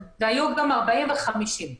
והיו גם 40 ו-50.